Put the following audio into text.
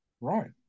Right